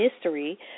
history